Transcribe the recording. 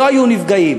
לא היו נפגעים.